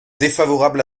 défavorable